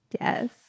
Yes